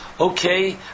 okay